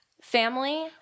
family